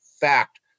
fact